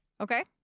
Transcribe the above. Okay